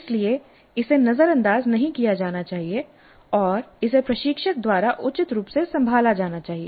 इसलिए इसे नजरअंदाज नहीं किया जाना चाहिए और इसे प्रशिक्षक द्वारा उचित रूप से संभाला जाना चाहिए